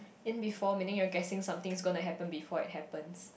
in B four meaning you're guessing something's gonna happen before it happens